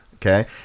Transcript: Okay